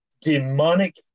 demonic